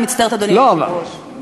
אני מצטערת, אדוני היושב-ראש.